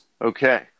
okay